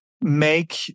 make